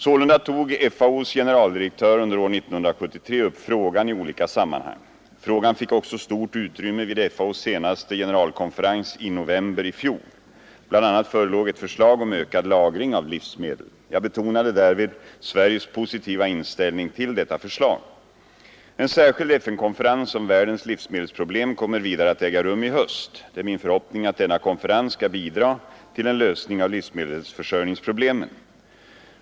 Sålunda tog FAO:s generaldirektör under år 1973 upp frågan i olika sammanhang. Frågan fick också stort utrymme vid FAO:s senaste generalkonferens i november i fjol. BI. a. förelåg ett förslag om ökad lagring av livsmedel. Jag betonade därvid Sveriges positiva inställning till detta förslag. En särskild FN-konferens om världens livsmedelsproblem kommer vidare att äga rum i höst. Det är min förhoppning att denna konferens skall bidra till en lösning av livsmedelsförsörjningsproblemen.